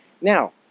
now